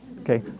Okay